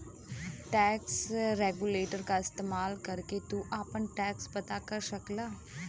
tax calculator क इस्तेमाल करके तू आपन टैक्स पता कर सकला